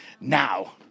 now